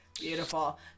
beautiful